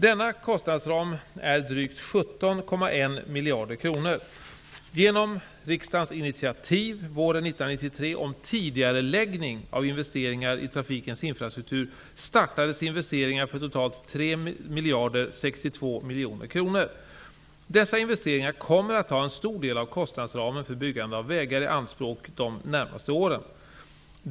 Denna kostnadsram är drygt 17,1 1993 om tidigareläggning av investeringar i trafikens infrastruktur startades investeringar för totalt 3 062 miljoner kronor. Dessa investeringar kommer att ta en stor del av kostnadsramen för byggande av vägar i anspråk de närmaste åren.